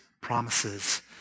promises